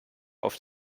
auf